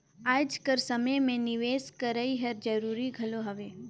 आएज कर समे में निवेस करई हर जरूरी घलो हवे